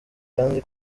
kandi